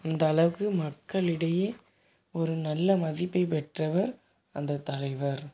இந்தளவுக்கு மக்களிடையே ஒரு நல்ல மதிப்பை பெற்றவர் அந்த தலைவர்